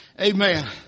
Amen